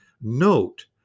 note